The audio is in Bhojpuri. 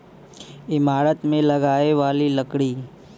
ईमारत मे लगाए वाली लकड़ी